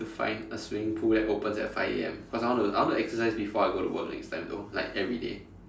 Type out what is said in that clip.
to find a swimming pool that opens at five A_M because I want I want to exercise before I go to work next time though like everyday